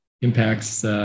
impacts